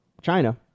China